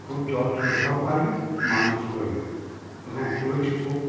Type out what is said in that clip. খুব যত্ন সহকারে মানুষ করি এবং পোলট্রি খুব